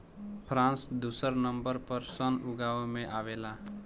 France दुसर number पर sun उगावे में आवेला